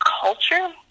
culture